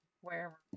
wherever